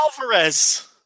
Alvarez